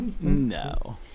No